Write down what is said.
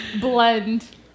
blend